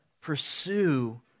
pursue